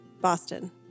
Boston